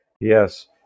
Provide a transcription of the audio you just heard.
Yes